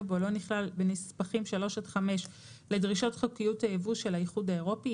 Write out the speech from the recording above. בו לא נכלל בנספחים 3 עד 5 לדרישות חוקיות הייבוא של האיחוד האירופי,